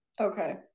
Okay